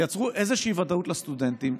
תייצרו איזושהי ודאות לסטודנטים,